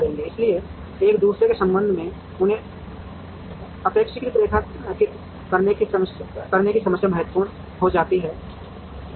इसलिए एक दूसरे के संबंध में उन्हें अपेक्षाकृत रेखांकित करने की समस्या महत्वपूर्ण हो जाती है